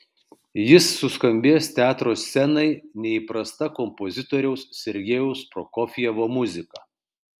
jis suskambės teatro scenai neįprasta kompozitoriaus sergejaus prokofjevo muzika